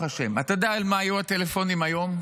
אתה יודע על מה היו הטלפונים היום?